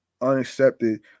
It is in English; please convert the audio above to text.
unaccepted